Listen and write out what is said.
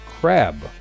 crab